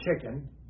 chicken